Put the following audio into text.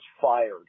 fired